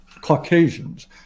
Caucasians